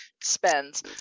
spends